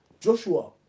joshua